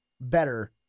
better